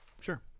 Sure